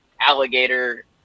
alligator